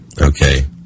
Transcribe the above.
Okay